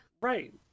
right